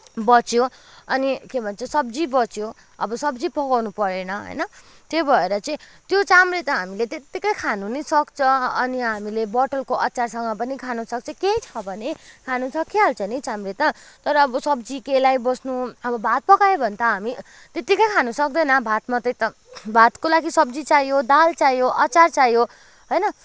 बच्यो अनि के भन्छ सब्जी बच्यो अब सब्जी पकाउनु परेन होइन त्यही भएर चाहिँ त्यो चाम्रे त हामीले त्यत्तिकै खानु पनि सक्छ अनि हामीले बोतलको अचारसँग पनि खानुसक्छ केही छ भने खानु सकिहाल्छ नि चाम्रे त तर अब सब्जी केलाइबस्नु अब भात पकायो भने त हामी त्यत्तिकै खानुसक्दैन भात मात्रै त भातको लागि सब्जी चाहियो दाल चाहियो अचार चाहियो होइन